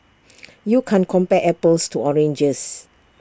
you can't compare apples to oranges